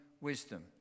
wisdom